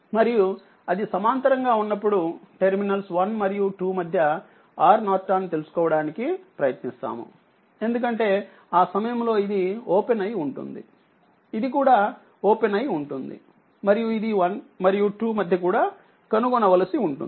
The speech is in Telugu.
మరియు అదిసమాంతరంగా ఉన్నప్పుడు టెర్మినల్స్ 1 మరియు 2 మధ్య RN తెలుసుకోవడానికి ప్రయత్నిస్తాము ఎందుకంటే ఆసమయంలో ఇది ఓపెన్ అయి ఉంటుంది ఇది కూడా ఓపెన్ అయి ఉంటుంది మరియు ఇది 1 మరియు 2 మధ్య కూడా కనుగొనవలసి ఉంటుంది